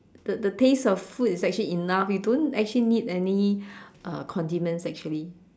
the the taste of food is actually enough you don't actually need any uh condiments actually